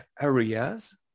areas